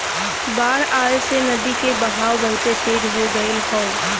बाढ़ आये से नदी के बहाव बहुते तेज हो गयल हौ